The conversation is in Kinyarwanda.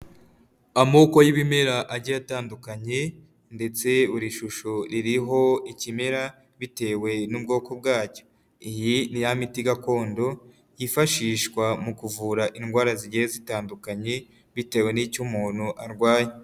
Amoko y'ibimera agiye atandukanye ndetse buri shusho iriho ikimera bitewe n'ubwoko bwacyo. Iyi ni ya miti gakondo yifashishwa mu kuvura indwara zigiye zitandukanye bitewe n'icyo umuntu arwaye.